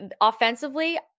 offensively